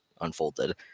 unfolded